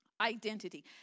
identity